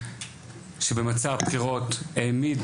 שבמצע הבחירות העמיד